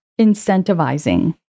incentivizing